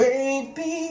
Baby